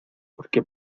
porque